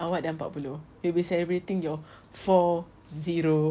awak dah empat puluh you'll be celebrating your four zero